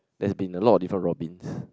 there's been a lot of different Robins